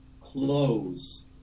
close